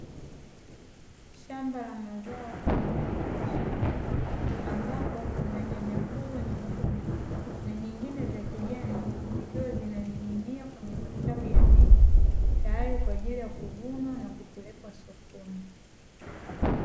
Shamba la mazao kwa ajili ya biashara, ambapo kuna nyanya kubwa nyekundu, na nyingine za kijani zikiwa zinaning'inia kwenye matawi ya miti, tayari kwajili ya kuvunwa na kupelekwa sokoni.